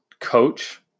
coach